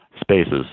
spaces